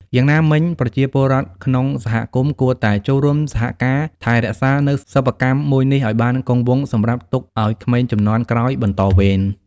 យ៉ាងណាមិញប្រជាពលរដ្ឋក្នុងសហគមន៍គួរតែចូលរួមសហការថែរក្សានូវសិប្បកម្មមួយនេះឲ្យបានគង់វង្សសម្រាប់ទុកឲ្យក្មេងជំនាន់ក្រោយបន្តវេន។